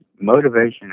motivation